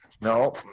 No